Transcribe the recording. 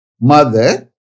mother